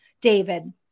David